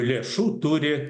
lėšų turi